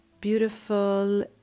beautiful